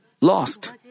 lost